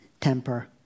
temper